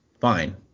fine